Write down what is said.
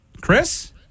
Chris